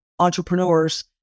entrepreneurs